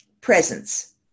presence